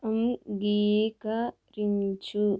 అంగీకరించు